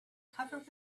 covered